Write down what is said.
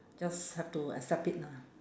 just have to accept it lah